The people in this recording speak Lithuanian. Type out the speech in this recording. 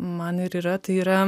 man ir yra tai yra